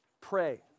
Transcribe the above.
Pray